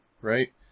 right